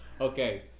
Okay